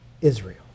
Israel